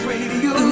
Radio